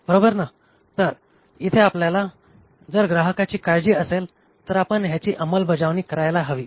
बरोबर ना तर इथे आपल्याला जर ग्राहकांची काळजी असेल तर आपण ह्याची अंमलबजावणी करायला हवी